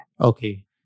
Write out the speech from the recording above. Okay